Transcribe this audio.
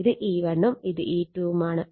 ഇത് E1 ഉം ഇത് E2 ഉം ആണ്